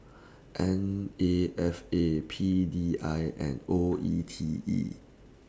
N A F A P D I and O E T E